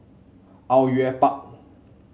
Au Yue Pak